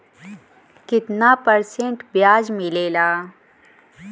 कितना परसेंट ब्याज मिलेला?